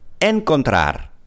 encontrar